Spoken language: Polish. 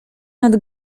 nad